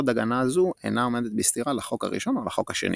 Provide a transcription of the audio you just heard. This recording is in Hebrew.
כל עוד הגנה זו אינה עומדת בסתירה לחוק הראשון או לחוק השני.